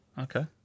Okay